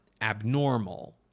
abnormal